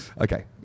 Okay